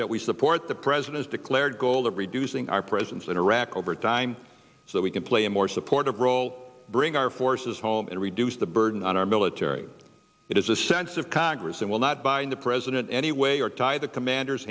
that we support the president's declared goal of reducing our presence in iraq over time so we can play a more supportive role bring our forces home and reduce the burden on our military it is a sense of congress that will not bind the president any way or tie the commanders